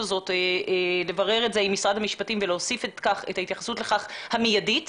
הזאת לברר עם משרד המשפטים ולהוסיף את ההתייחסות המיידית לכך.